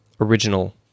original